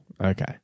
Okay